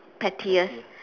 pettiest